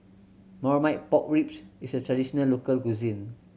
Marmite Pork Ribs is a traditional local cuisine